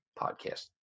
Podcast